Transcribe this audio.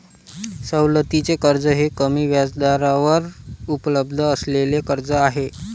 सवलतीचे कर्ज हे कमी व्याजदरावर उपलब्ध असलेले कर्ज आहे